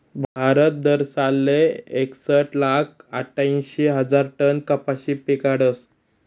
भारत दरसालले एकसट लाख आठ्यांशी हजार टन कपाशी पिकाडस